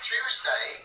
Tuesday